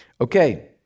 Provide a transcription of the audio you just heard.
Okay